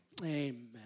Amen